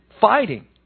fighting